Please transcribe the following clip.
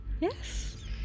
Yes